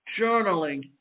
Journaling